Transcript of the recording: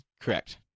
Correct